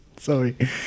sorry